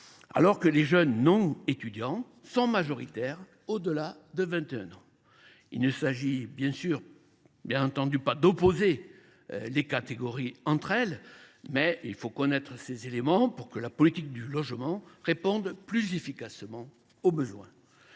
alors que les jeunes non étudiants sont majoritaires au delà de 21 ans. Il s’agit bien entendu non pas d’opposer les catégories entre elles, mais de faire en sorte que la politique du logement réponde plus efficacement aux besoins.